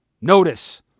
Notice